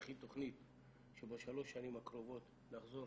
להכין תוכנית שבשלוש השנים הקרובות נחזור